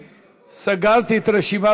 סגרתי את רשימת